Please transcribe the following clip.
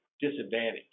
disadvantage